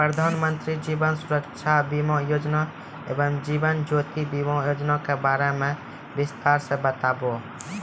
प्रधान मंत्री जीवन सुरक्षा बीमा योजना एवं जीवन ज्योति बीमा योजना के बारे मे बिसतार से बताबू?